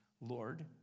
Lord